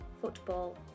football